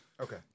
Okay